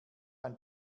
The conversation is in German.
ein